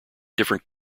different